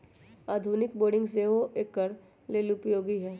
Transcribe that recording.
आधुनिक बोरिंग सेहो एकर लेल उपयोगी है